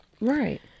Right